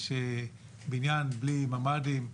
יש בניין בלי ממ"דים,